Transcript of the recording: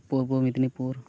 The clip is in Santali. ᱯᱩᱨᱵᱚ ᱢᱮᱫᱽᱱᱤᱯᱩᱨ